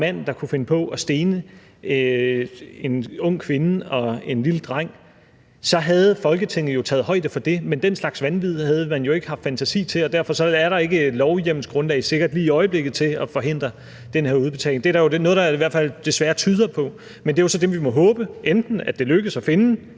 mand kunne finde på at stene en ung kvinde og en lille dreng, så havde Folketinget jo taget højde for det. Men den slags vanvid har man jo ikke haft fantasi til at forestille sig, så derfor er der sikkert ikke et hjemmelsgrundlag lige i øjeblikket til at forhindre den her udbetaling. Det er der jo i hvert fald desværre noget der tyder på. Men der er det jo så, at vi må håbe, at det lykkes at finde